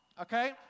okay